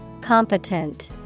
Competent